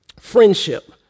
friendship